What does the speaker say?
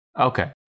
Okay